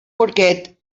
forget